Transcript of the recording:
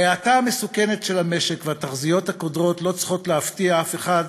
ההאטה המסוכנת של המשק והתחזיות הקודרות לא צריכות להפתיע אף אחד,